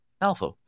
alpha